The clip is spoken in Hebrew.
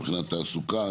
מבחינת תעסוקה,